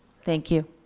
thank you.